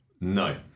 No